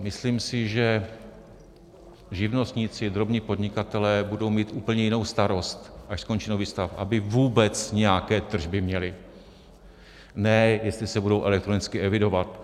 Myslím si, že živnostníci a drobní podnikatelé budou mít úplně jinou starost, až skončí nouzový stav, aby vůbec nějaké tržby měli, ne jestli se budou elektronicky evidovat.